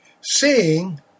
seeing